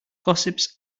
gossips